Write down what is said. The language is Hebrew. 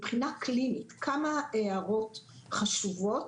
מבחינה קלינית, כמה הערות חשובות.